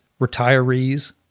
retirees